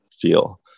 feel